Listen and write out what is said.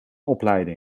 opleiding